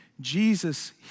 Jesus